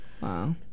Wow